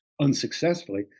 unsuccessfully